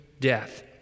death